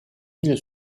île